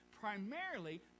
primarily